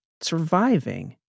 surviving